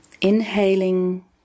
inhaling